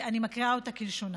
אני מקריאה אותה כלשונה.